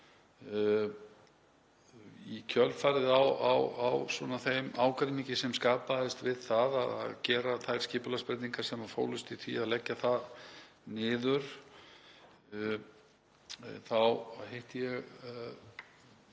Í kjölfarið á þeim ágreiningi sem skapaðist við það að gera þær skipulagsbreytingar sem fólust í því að leggja þá stöðu niður þá hitti ég